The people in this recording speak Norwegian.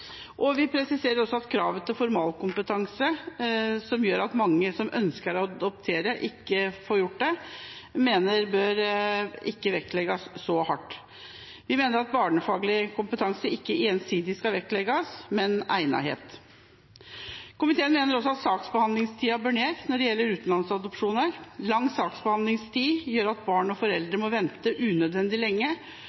Vi presiserer også at kravet til formalkompetanse, som gjør at mange som ønsker å adoptere, ikke får gjort det, mener vi ikke bør vektlegges så hardt. Vi mener at barnefaglig kompetanse ikke ensidig skal vektlegges, men egnethet. Komiteen mener også at saksbehandlingstida bør ned når det gjelder utenlandsadopsjoner. Lang saksbehandlingstid gjør at barn og